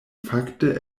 fakte